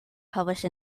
published